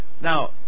Now